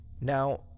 Now